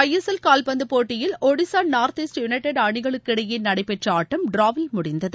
ISL கால்பந்துப் போட்டியில் Odisha North East United அனிகளுக்கு இடையே நடைபெற்ற ஆட்டம் டிராவில் முடிந்தது